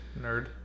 Nerd